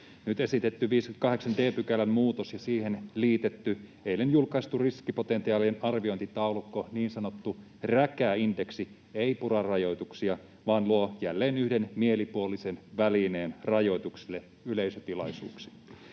Nyt esitetty 58 d §:n muutos ja siihen liitetty eilen julkaistu riskipotentiaalien arviointitaulukko, niin sanottu räkäindeksi, ei pura rajoituksia vaan luo jälleen yhden mielipuolisen välineen rajoituksille yleisötilaisuuksiin.